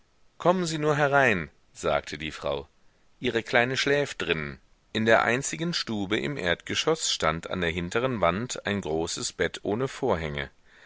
kommen sie nur herein sagte die frau ihre kleine schläft drinnen in der einzigen stube im erdgeschoß stand an der hinteren wand ein großes bett ohne vorhänge